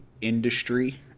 industry